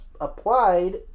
applied